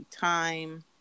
time